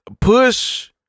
Push